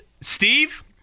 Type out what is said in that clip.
Steve